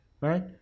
right